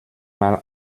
mal